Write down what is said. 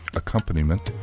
accompaniment